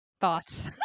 thoughts